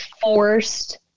forced